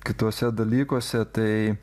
kituose dalykuose tai